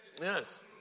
yes